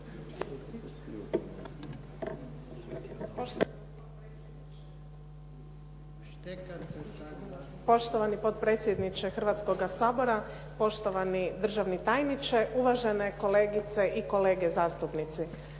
Poštovani potpredsjedniče Hrvatskog sabora, poštovani državni tajniče, uvažene kolegice i kolege zastupnici.